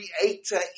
creator